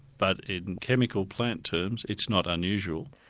but in chemical plant terms it's not unusual.